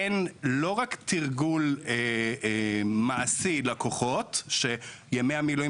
אין לא רק תרגול מעשי לכוחות שימי המילואים